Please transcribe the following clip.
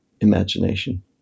imagination